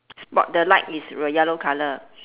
but the light is yellow colour